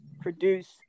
produce